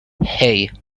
hey